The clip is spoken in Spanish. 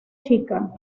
chica